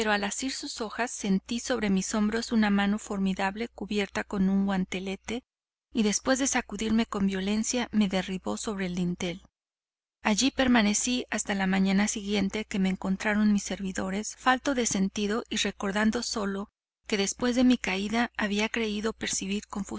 asir sus hojas sentí sobre mis hombros una mano formidable cubierta con un guantelete que después de sacudirme con violencia me derribó sobre el dintel allí permanecí hasta la mañana siguiente que me encontraron mis servidores falto de sentido y recordando sólo que después de mi caída había creído percibir